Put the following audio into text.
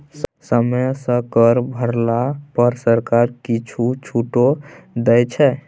समय सँ कर भरला पर सरकार किछु छूटो दै छै